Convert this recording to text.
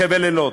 חבל-אילות,